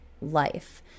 life